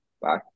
Bye